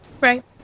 Right